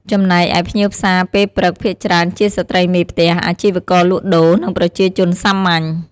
ចំណែកឯភ្ញៀវផ្សារពេលព្រឹកភាគច្រើនជាស្ត្រីមេផ្ទះ អាជីវករលក់ដូរ និងប្រជាជនសាមញ្ញ។